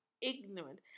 ignorant